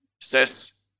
says